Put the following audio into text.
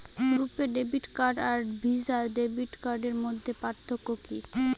রূপে debit card আর Visa debit কার্ডের মধ্যে পার্থক্য কি?